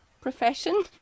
profession